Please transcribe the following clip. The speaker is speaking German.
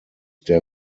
der